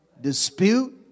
Dispute